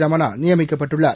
ரமணா நியமிக்கப்பட்டுள்ளார்